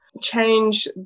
change